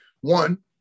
One